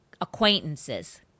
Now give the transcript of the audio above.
acquaintances